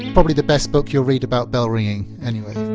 probably the best book you'll read about bell-ringing, anyway